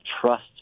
trust